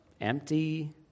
empty